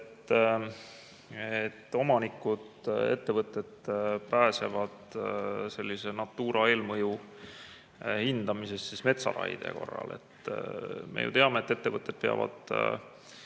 et omanikud ja ettevõtted pääsevad Natura eelmõju hindamisest metsaraie korral. Aga me ju teame, et ettevõtted peavad